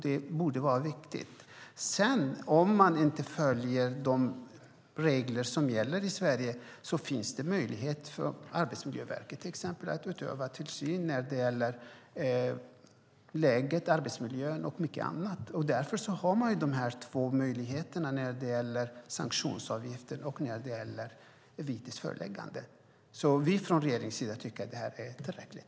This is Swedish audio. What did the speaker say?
Det borde vara viktigt. Om de regler som gäller i Sverige inte följs finns det möjlighet för exempelvis Arbetsmiljöverket att utöva tillsyn vad gäller läget, arbetsmiljön och mycket annat. Därför finns dessa två möjligheter, sanktionsavgift och vitesföreläggande. Vi från regeringspartierna tycker att det är tillräckligt.